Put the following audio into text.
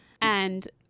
and-